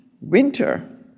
winter